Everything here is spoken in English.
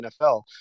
NFL